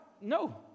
no